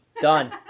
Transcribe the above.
Done